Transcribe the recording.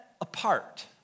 apart